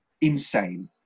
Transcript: Insane